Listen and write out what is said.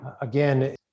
Again